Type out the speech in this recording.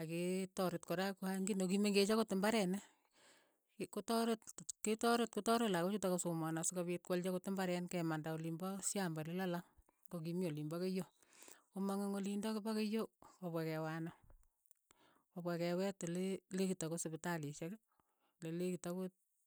akee taret kora kwaa ki mengech angot imberenik, ki kotaret ketaret kotaaret lakochutok kasomaan asikopiit ko alchi akot imbareen ke manda olin pa shamba le lalang, ko ki mii olin pa keiyo, ko mang ing' oliindok pa keiyo ko pwa kewani, kopwa keweet olee leekit akot sipitalishek le lekit akot.